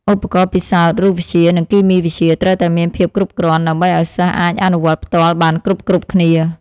ឧបករណ៍ពិសោធន៍រូបវិទ្យានិងគីមីវិទ្យាត្រូវតែមានភាពគ្រប់គ្រាន់ ដើម្បីឱ្យសិស្សអាចអនុវត្តផ្ទាល់បានគ្រប់ៗគ្នា។